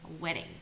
wedding